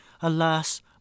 Alas